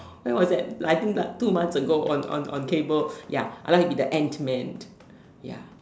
when was that like I think two months ago on on on cable ya I like to be the Ant-Man ya